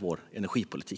vår energipolitik.